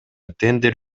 тендер